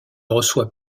reçoit